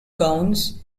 gowns